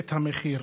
את המחיר.